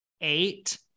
eight